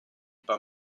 pas